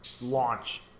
launch